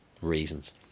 reasons